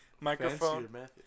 microphone